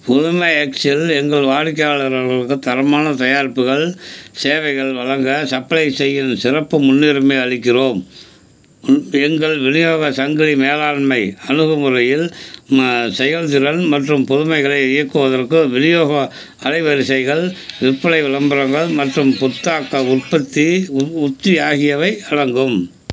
புதுமை எக்ஸில் எங்கள் வாடிக்கையாளர்களுக்கு தரமான தயாரிப்புகள் சேவைகள் வழங்க சப்ளை செய்ய சிறப்பு முன்னுரிமை அளிக்கிறோம் எங்கள் விநியோக சங்கிலி மேலாண்மை அணுகுமுறையில் ம செயல்திறன் மற்றும் புதுமைகளை இயக்குவதற்கு விநியோக அலைவரிசைகள் விற்பனை விளம்பரங்கள் மற்றும் புத்தாக்க உற்பத்தி உ உத்தி ஆகியவை அடங்கும்